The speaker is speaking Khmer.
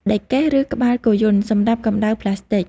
ដែកកេះ ឬក្បាលគោយន្ត សម្រាប់កំដៅផ្លាស្ទិក។